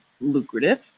lucrative